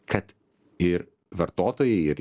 kad ir vartotojai ir